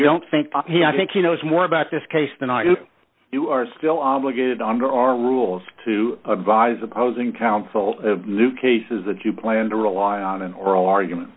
i don't think he i think he knows more about this case than i do you are still obligated under our rules to advise opposing counsel new cases that you plan to rely on an oral argument